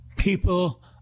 People